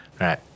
right